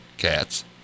cats